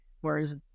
Whereas